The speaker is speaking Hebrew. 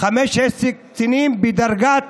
15 קצינים בדרגת